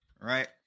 right